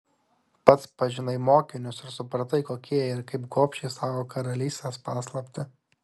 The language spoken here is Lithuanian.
pats pažinai mokinius ir supratai kokie jie ir kaip gobšiai saugo karalystės paslaptį